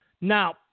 Now